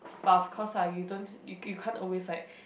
but of course lah you don't you you can't always like